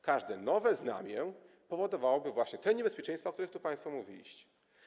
Każdy nowe znamię powodowałoby właśnie te niebezpieczeństwa, o których tu państwo mówiliście.